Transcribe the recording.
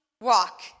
walk